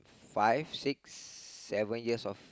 five six seven years of